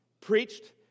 preached